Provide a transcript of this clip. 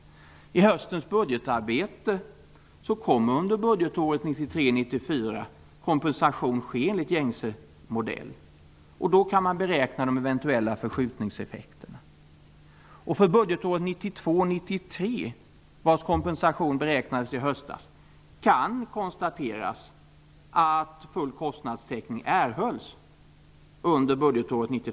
I höstens budgetarbete kommer kompensation att ske för budgetåret 1993 93, vars kompensation beräknades i höstas, kan vi konstatera att full kostnadstäckning erhålls under budgetåret 1994/95.